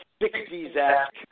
60s-esque